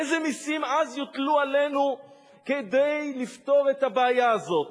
איזה מסים אז יוטלו עלינו כדי לפתור את הבעיה הזאת?